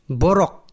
borok